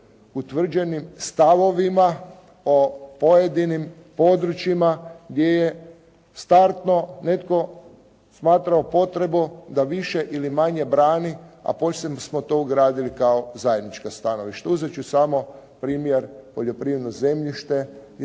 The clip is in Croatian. utvrđenim stavovima, o pojedinim područjima gdje je startno netko smatrao potrebom da više ili manje brani, a poslije smo to ugradili kao zajednička stanovišta. Uzet ću samo primjer poljoprivredno zemljište